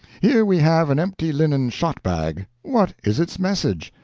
here we have an empty linen shot-bag. what is its message?